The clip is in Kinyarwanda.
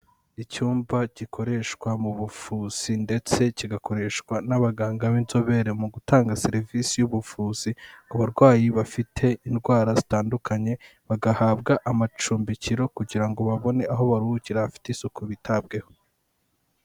Icyumba gikoreshwa mu buvuzi ndetse kigakoreshwa n'abaganga b'inzobere mu gutanga serivisi y'ubuvuzi, ku barwayi bafite indwara zitandukanye bagahabwa amacumbiki kugira ngo babone aho baruhukira hafite isuku bitabweho.